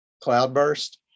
Cloudburst